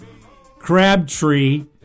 Crabtree